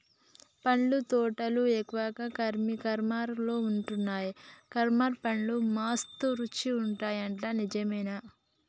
పండ్ల తోటలు ఎక్కువగా కాశ్మీర్ లో వున్నాయట, కాశ్మీర్ పండ్లు మస్త్ రుచి ఉంటాయట నిజమేనా